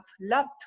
loved